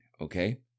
okay